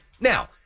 Now